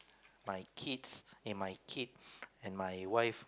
my kids eh my kid and my wife